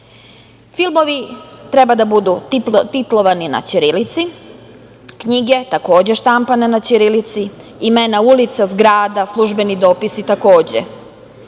jezik. Filmovi treba da budu titlovani na ćirilici, knjige takođe štampane na ćirilici, imena ulica, zgrada, službeni dopisi takođe.